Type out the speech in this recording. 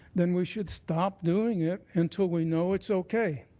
then we should stop doing it until we know it's okay.